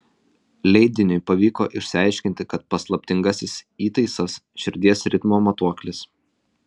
leidiniui pavyko išsiaiškinti kad paslaptingasis įtaisas širdies ritmo matuoklis